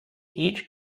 each